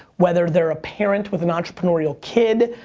whether they're a parent with an entrepreneurial kid,